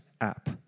app